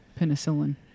penicillin